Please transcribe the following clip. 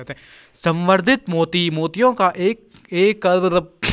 संवर्धित मोती मोतियों का ही एक प्रकार है इससे जेवर बनाए जाते हैं